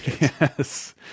Yes